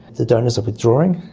the donors are withdrawing,